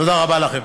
תודה רבה לכם.